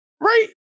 Right